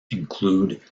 include